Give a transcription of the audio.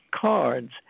cards